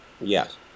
Yes